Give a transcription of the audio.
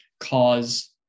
cause